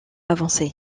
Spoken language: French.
avancé